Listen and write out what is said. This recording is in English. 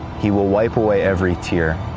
he will wipe away every tear.